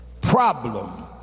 problem